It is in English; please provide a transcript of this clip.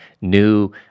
new